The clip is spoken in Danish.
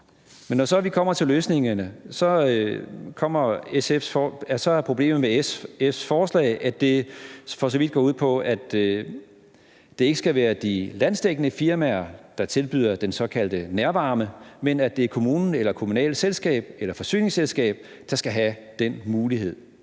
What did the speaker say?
så vi kommer til løsningerne, er problemet med SF's forslag, at det for så vidt går ud på, at det ikke skal være de landsdækkende firmaer, der tilbyder den såkaldte nærvarme, men at det skal være kommunen eller det kommunale forsyningsselskab, der skal have den mulighed.